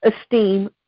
esteem